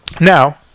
Now